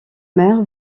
mer